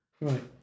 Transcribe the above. right